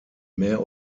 mehr